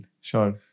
Sure